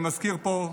אני מזכיר פה,